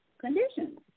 conditions